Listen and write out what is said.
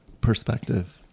perspective